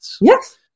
Yes